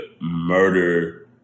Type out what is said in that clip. murder